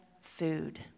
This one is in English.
food